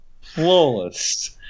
Flawless